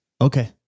Okay